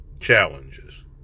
challenges